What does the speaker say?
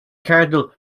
cardinal